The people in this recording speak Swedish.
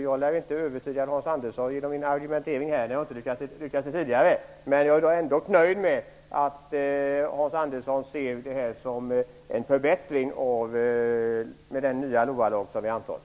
Jag lär inte övertyga Hans Andersson genom min argumentering -- jag har inte lyckats göra det tidigare -- men jag är ändock nöjd med att Hans Andersson ser den nya LOA-lag som vi nu antar som en förbättring.